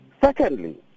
Secondly